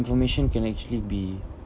information can actually be